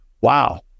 wow